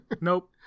Nope